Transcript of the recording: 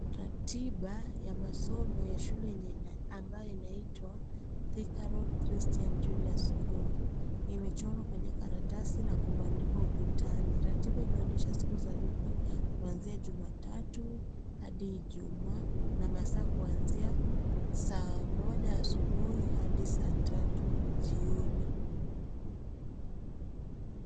Ratiba ya masomo ya shule ambayo inaitwa cs(Thika Road Christian Junior school)imechorwa kwenye karatasi na kubandikwa ukutani. Ratiba inaonyesha siku za wiki kuanzia Jumatatu hadi Ijumaa na masaa kuanzia saa moja asubuhi hadi saa tatu jioni.